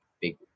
big